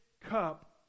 cup